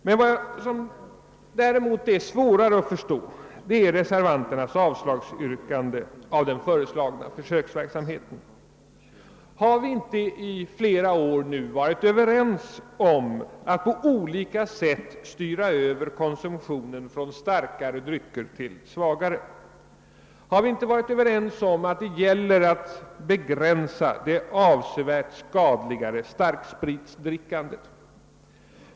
Vad som däremot är svårare att förstå är reservanternas yrkande om avslag på förslaget om den här försöksverksamheten. Har vi inte i flera år varit överens om att på olika sätt styra över konsumtionen från starkare drycker till svagare? Har vi inte varit överens om att det gäller att begränsa det avsevärt skadligare starkspritsdrickandet?